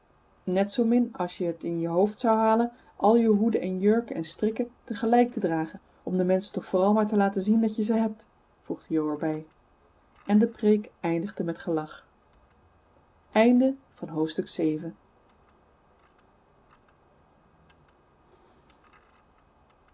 net zoo min als je t in je hoofd zou halen al je hoeden en jurken en strikken tegelijk te dragen om de menschen toch vooral maar te laten zien dat je ze hebt voegde jo er bij en de preek eindigde met gelach hoofdstuk